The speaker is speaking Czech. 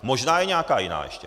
Možná je nějaká jiná ještě.